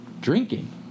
drinking